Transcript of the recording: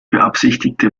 beabsichtigte